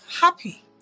happy